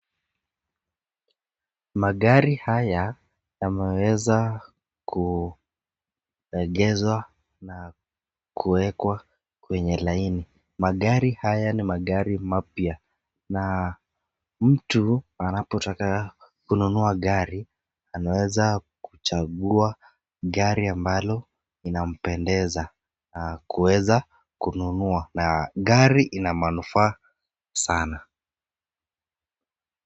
Magari haya yameweza kuegeshwa na kuwekwa kwenye laini. Magari haya ni magari mapya na mtu anapotaka kununua gari anaweza kuchagua gari ambalo linampendeza kuweza kununua na gari linamanufaa sana.